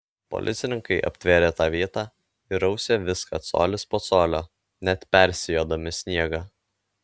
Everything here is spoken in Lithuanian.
policininkai aptvėrė tą vietą ir rausė viską colis po colio net persijodami sniegą